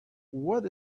what